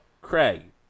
Craig